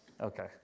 Okay